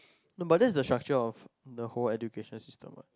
no but that's the structure of the whole educational system what